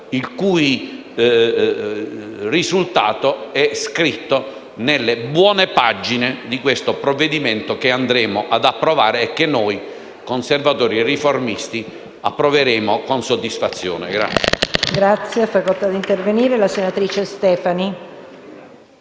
il cui risultato è scritto nelle buone pagine del provvedimento che andremo ad approvare e che noi Conservatori e Riformisti approveremo con soddisfazione.